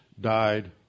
died